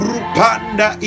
Rupanda